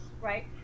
right